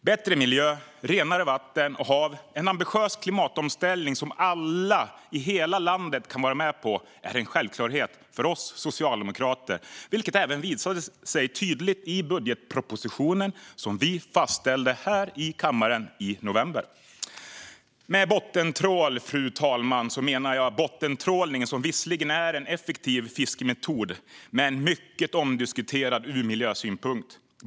Bättre miljö, renare vatten och hav, en ambitiös klimatomställning som alla i hela landet kan vara med på är en självklarhet för oss socialdemokrater, vilket även visade sig tydligt i budgetpropositionen som vi fastställde här i kammaren i november. Med bottentrål, fru talman, menar jag bottentrålningen som visserligen är en effektiv fiskemetod men mycket omdiskuterad ur miljösynpunkt.